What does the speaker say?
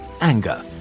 anger